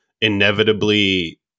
Inevitably